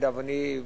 לדאבוני,